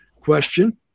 question